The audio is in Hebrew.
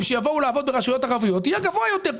שיבואו לעבוד ברשויות ערביות יהיה גבוה יותר,